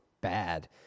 bad